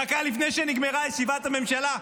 דקה לפני שנגמרה ישיבת הממשלה.